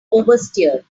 oversteered